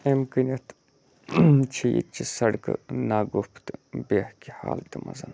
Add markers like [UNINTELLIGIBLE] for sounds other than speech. اَمہِ کِنٮ۪تھ چھِ ییٚتہِ چہِ سڑکہٕ ناگُفتہٕ [UNINTELLIGIBLE] حالتہٕ منٛز